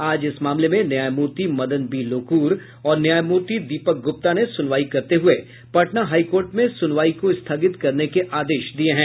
आज इस मामले में न्यायमूर्ति मदन बी लोकुर और न्यायमूर्ति दीपक गुप्ता ने सुनवाई करते हुए पटना हाईकोर्ट में सुनवाई को स्थगित करने के आदेश दिये हैं